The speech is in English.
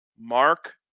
Mark